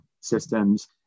systems